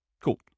Cool